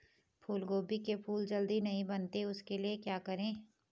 फूलगोभी के फूल जल्दी नहीं बनते उसके लिए क्या करें?